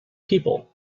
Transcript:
people